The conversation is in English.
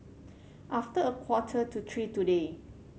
after a quarter to three today